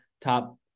top